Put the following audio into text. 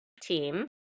team